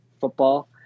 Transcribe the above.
football